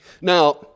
Now